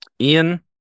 Ian